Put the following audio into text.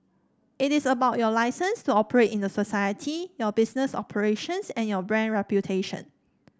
it is about your licence to operate in a society your business operations and your brand reputation